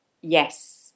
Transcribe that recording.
Yes